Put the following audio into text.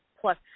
plus